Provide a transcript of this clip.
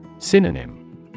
Synonym